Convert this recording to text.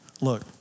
Look